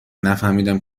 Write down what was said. نفهمیدم